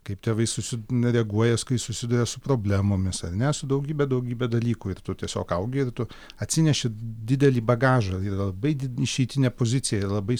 kaip tėvai susi n reaguoja s kai susiduria su problemomis ar ne su daugybe daugybe dalykų ir tu tiesiog augi ir tu atsineši didelį bagažą yra labai did išeitinė pozicija yra labai